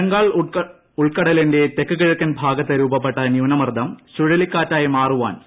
ബംഗാൾ ഉൾക്കടലിന്റെ തെക്ക് കിഴക്കൻ ഭാഗത്ത് രൂപപ്പെട്ട ന്യൂനമർദ്ദം ചുഴലിക്കാറ്റായി മാറാൻ സാധൃത